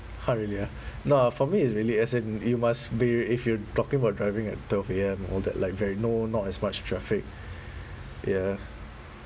!huh! really ah no for me is really as in you must be if you're talking about driving at twelve A_M all that like very no not as much traffic ya